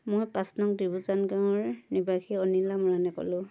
মই পাঁচ নং গাঁৱৰ নিবাসী অনিলা মৰাণে ক'লোঁ